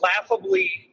laughably